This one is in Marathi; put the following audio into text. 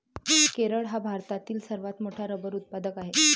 केरळ हा भारतातील सर्वात मोठा रबर उत्पादक आहे